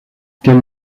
quelle